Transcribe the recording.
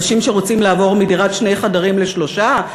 אנשים שרוצים לעבור מדירת שני חדרים לשלושה?